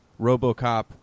RoboCop